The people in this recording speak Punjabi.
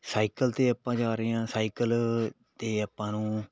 ਸਾਈਕਲ 'ਤੇ ਆਪਾਂ ਜਾ ਰਹੇ ਹਾਂ ਸਾਈਕਲ 'ਤੇ ਆਪਾਂ ਨੂੰ